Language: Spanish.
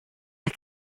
las